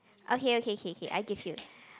okay okay K K I give you